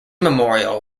memorial